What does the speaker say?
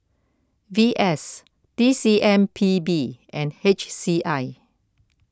V S T C M P B and H C I